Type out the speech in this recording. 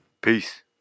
peace